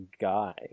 guy